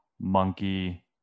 monkey